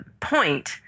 point